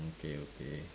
okay okay